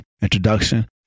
introduction